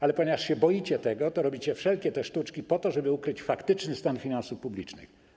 Ale ponieważ się tego boicie, robicie wszelkie sztuczki po to, żeby ukryć faktyczny stan finansów publicznych.